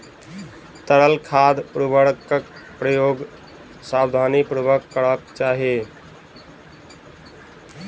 तरल खाद उर्वरकक उपयोग सावधानीपूर्वक करबाक चाही